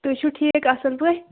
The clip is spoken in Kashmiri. تُہۍ چھِو ٹھیٖک اَصٕل پٲٹھۍ